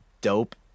dope